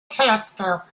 telescope